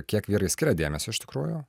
kiek vyrai skiria dėmesio iš tikrųjų